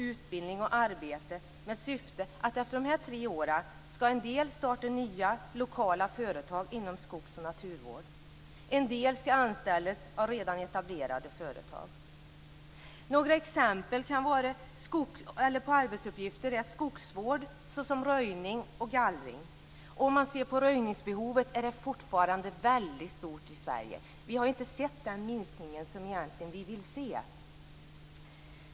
Utbildning och arbete varvas med syfte att efter de här tre åren ska en del starta nya lokala företag inom skogs och naturvård. En del ska anställas av redan etablerad företag. Några exempel på arbetsuppgifter kan vara skogsvård, såsom röjning och gallring. Röjningsbehovet är fortfarande väldigt stort i Sverige. Vi har inte sett den minskning som vi egentligen vill se.